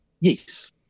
Yes